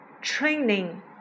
training